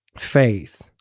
faith